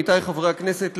עמיתי חברי הכנסת,